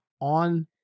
on